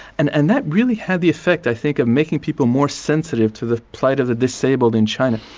and and that really had the effect i think of making people more sensitive to the plight of the disabled in china.